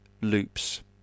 loops